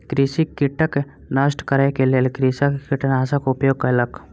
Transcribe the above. कृषि कीटक नष्ट करै के लेल कृषक कीटनाशकक उपयोग कयलक